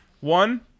One